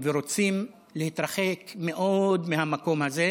ורוצים להתרחק מאוד מהמקום הזה,